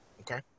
okay